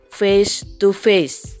face-to-face